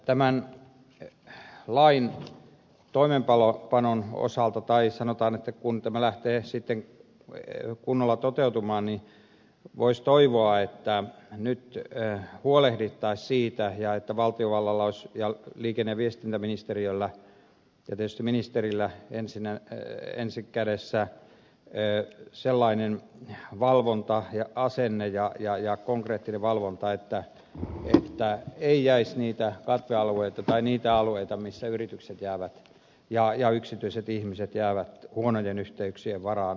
tämän lain toimeenpanon osalta tai sanotaan että kun tämä lähtee sitten kunnolla toteutumaan niin voisi toivoa että nyt huolehdittaisiin siitä ja että valtiovallalla ja liikenne ja viestintäministeriöllä ja tietysti ministerillä ensi kädessä olisi sellainen valvonta ja asenne ja konkreettinen valvonta että ei jäisi niitä katvealueita tai niitä alueita missä yritykset ja yksityiset ihmiset jäävät huonojen yhteyksien varaan